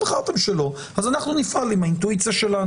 בחרתם שלא, אז אנחנו נפעל עם האינטואיציה שלנו.